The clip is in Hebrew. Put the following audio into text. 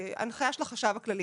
הנחיה של החשב הכללי,